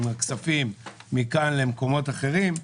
עם הכספים מכאן למקומות אחרים,